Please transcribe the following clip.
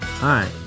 Hi